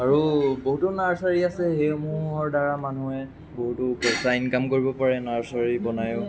আৰু বহুতো নাৰ্চাৰী আছে সেইসমূহৰ দ্বাৰা মানুহে বহুতো পইচা ইনকাম কৰিব পাৰে নাৰ্চাৰী বনাইও